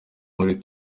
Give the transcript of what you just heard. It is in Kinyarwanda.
muri